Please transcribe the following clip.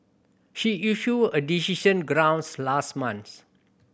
she issued her decision grounds last month